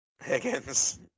higgins